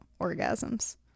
orgasms